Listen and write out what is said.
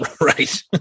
Right